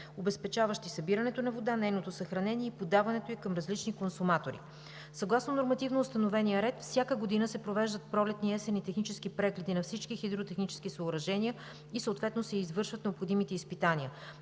обезпечаващи събирането на вода, нейното съхранение и подаването ѝ към различни консуматори. Съгласно нормативно установения ред, всяка година се провеждат пролетни и есенни технически прегледи на всички хидротехнически съоръжения и съответно се извършват необходимите изпитания.